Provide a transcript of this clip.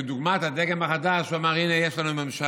כדוגמת הדגם החדש הוא אמר: הינה, יש לנו ממשלה,